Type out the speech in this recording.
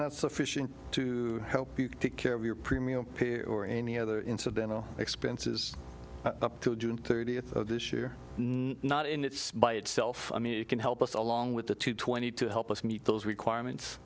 not sufficient to help take care of your premium or any other incidental expenses up to june thirtieth of this year not in it's by itself i mean you can help us along with the two twenty to help us meet those requirements